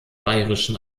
bayerischen